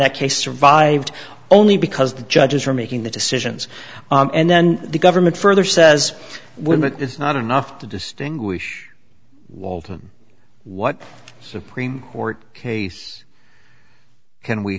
that case survived only because the judges are making the decisions and then the government further says when that is not enough to distinguish walton what supreme court case can we